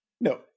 No